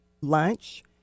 lunch